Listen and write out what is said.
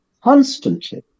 constantly